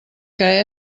que